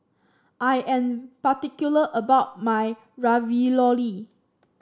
I am particular about my Ravioli